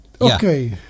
okay